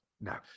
No